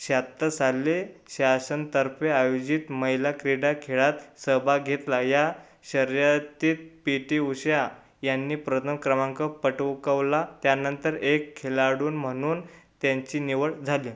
शाहत्तर साली शासनातर्फे आयोजित महिला क्रीडा खेळात सहभाग घेतला या शर्यतीत पी टी उषा यांनी प्रथम क्रमांक पटकावला त्यानंतर एक खेळाडू म्हणून त्यांची निवड झाली